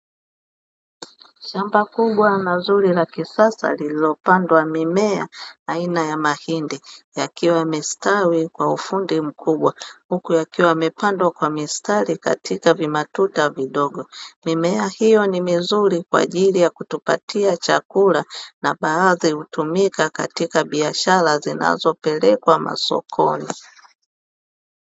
Shamba kubwa na zuri la kisasa, lililopandwa mimea aina ya mahindi; yakiwa yamestawi kwa ufundi mkubwa huku yakiwa yamepandwa kwa mistari katika vimatuta vidogo. Mimea hiyo ni mizuri kwa ajili ya kutupatia chakula na baadhi hutumika katika biashara zinazopelekwa masokoni.